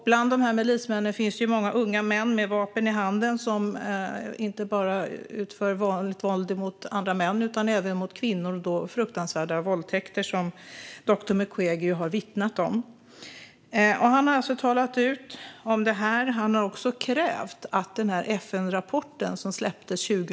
Bland dessa milismän finns många unga män som med vapen i hand utför våld inte bara mot andra män utan även mot kvinnor, då i form av fruktansvärda våldtäkter. Detta har doktor Mukwege vittnat om. Han har alltså talat ut om detta, och han har även lyft fram den FN-rapport som släpptes 2010.